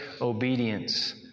obedience